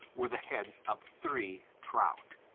were the heads of three trout.